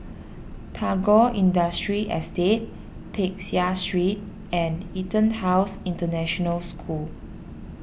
Tagore Industrial Estate Peck Seah Street and EtonHouse International School